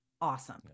awesome